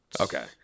Okay